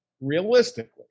realistically